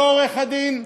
לא עורך-הדין,